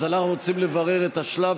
אז אנחנו רוצים לברר את השלב